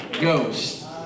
Ghost